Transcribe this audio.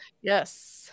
yes